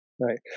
Right